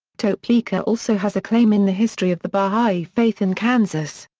topeka also has a claim in the history of the baha'i faith in kansas.